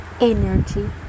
energy